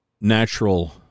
natural